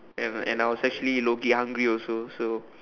and and I was actually lowkey hungry also so